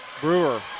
Brewer